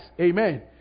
Amen